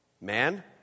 Man